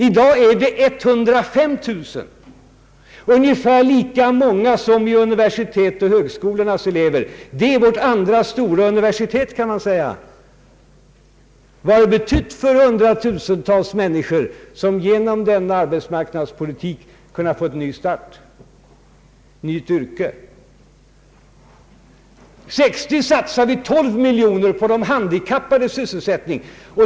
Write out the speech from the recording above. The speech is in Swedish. I dag deltar 105 000 personer däri, ungefär lika många som studerar vid universitet och högskolor. Det är vårt andra stora universitet, kan man säga. Vad har det inte betytt för hundratusentals människor som genom denna arbetsmarknadspolitik har kunnat få en ny start och ett nytt yrke? 1960 satsade vi 12 miljoner kronor på de handikappades sysselsättning.